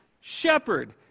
shepherd